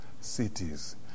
Cities